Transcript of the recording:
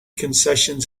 concessions